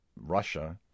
Russia